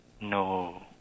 No